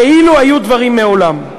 כאילו, היו דברים מעולם.